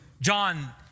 John